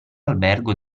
albergo